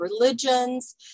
religions